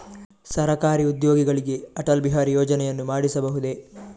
ಸರಕಾರಿ ಉದ್ಯೋಗಿಗಳಿಗೆ ಅಟಲ್ ಬಿಹಾರಿ ಯೋಜನೆಯನ್ನು ಮಾಡಿಸಬಹುದೇ?